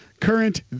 current